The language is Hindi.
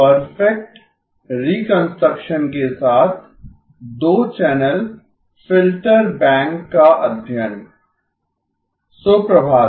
परफेक्ट रिकंस्ट्रक्शन के साथ दो चैनल फ़िल्टर बैंक का अध्ययन शुभ प्रभात